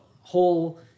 whole